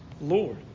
Lord